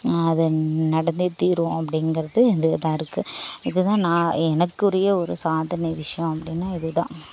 அது நடந்தே தீரும் அப்படிங்கிறது இதில் தான் இருக்கு இது தான் நான் எனக்குரிய ஒரு சாதனை விஷயம் அப்படின்னா இது தான்